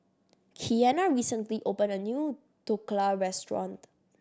Kianna recently opened a new Dhokla Restaurant